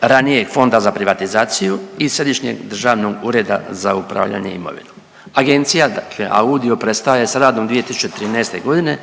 ranijeg Fonda za privatizaciju i Središnjeg državnog ureda za upravljanje imovinom, agencija dakle AUDIO prestaje s radom 2013. godine,